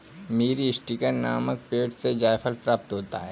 मीरीस्टिकर नामक पेड़ से जायफल प्राप्त होता है